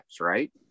right